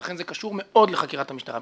ולכן זה קשור מאוד לחקירת המשטרה,